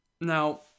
Now